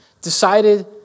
decided